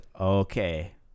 okay